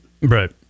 Right